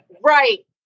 Right